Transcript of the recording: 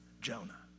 Jonah